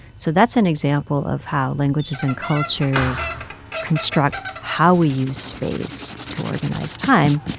so that's an example of how languages and cultures construct how we use space to organize time,